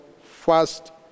first